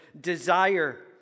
desire